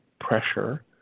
pressure